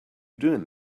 doing